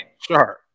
Sure